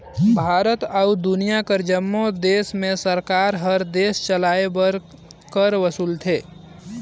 भारत अउ दुनियां कर जम्मो देस में सरकार हर देस चलाए बर कर वसूलथे